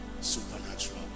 supernatural